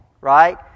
right